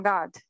God